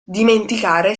dimenticare